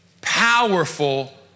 powerful